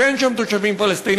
כי אין שם תושבים פלסטינים,